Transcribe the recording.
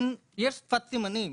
יש שפת סימנים.